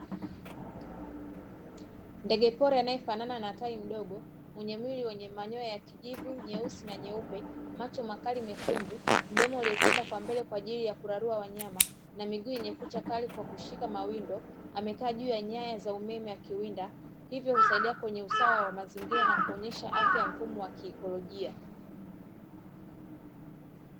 Ndege pori anayefanana na tai mdogo mwenye mwili wenye manyoya ya kijivu, nyeusi, na nyeupe; macho makali mekundu, mdomo uliopinda kwa mbele kwa ajili ya kurarua wanyama, na miguu yenye kucha kali kwa kushika mawindo, amekaa juu ya nyaya za umeme akiwinda. Hivyo husaidia kwenye usawa wa mazingira na kuonyesha afya mfumo wa kiikolojia.